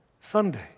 Sunday